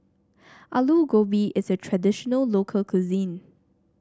Aloo Gobi is a traditional local cuisine